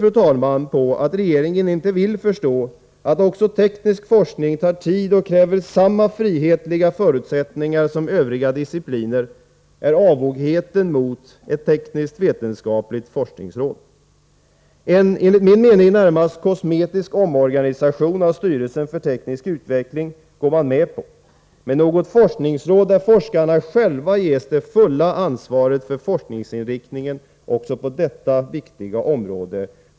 Ett exempel på att regeringen inte vill förstå att teknisk forskning tar tid och kräver samma frihetliga förutsättningar som övriga discipliner är avogheten mot ett tekniskt-vetenskapligt forskningsråd. Regeringen går med på en, enligt min mening, närmast kosmetisk omorganisation av styrelsen för teknisk utveckling. Men den vågar inte acceptera något forskningsråd där forskarna själva ges det fulla ansvaret för forskningsinriktningen också på detta viktiga område.